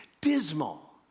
Dismal